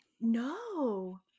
No